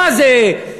מה, זה פיסקלי?